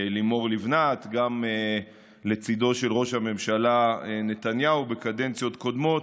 לימור לבנת וגם לצידו של ראש הממשלה נתניהו בקדנציות קודמות.